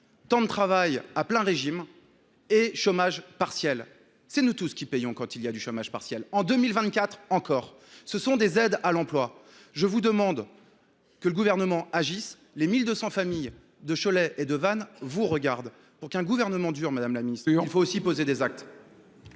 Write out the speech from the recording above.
temps de travail à plein régime et chômage partiel. C’est nous tous qui payons le chômage partiel… En 2024, Michelin touchait encore des aides à l’emploi. Je demande que le Gouvernement agisse. Les 1 200 familles de Cholet et de Vannes vous regardent. Pour qu’un gouvernement dure, il faut aussi poser des actes